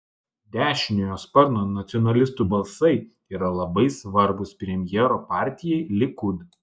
dešiniojo sparno nacionalistų balsai yra labai svarbūs premjero partijai likud